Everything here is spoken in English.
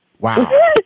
wow